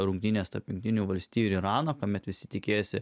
rungtynės tarp jungtinių valstijų ir irano kuomet visi tikėjosi